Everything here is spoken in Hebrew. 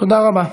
תודה רבה.